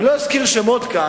אני לא אזכיר שמות כאן,